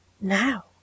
now